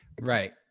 Right